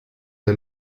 der